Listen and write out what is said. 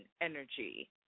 energy